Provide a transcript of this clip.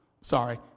sorry